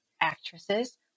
actresses